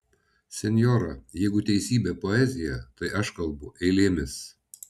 senjora jeigu teisybė poezija tai aš kalbu eilėmis